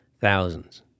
Thousands